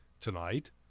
tonight